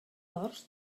horts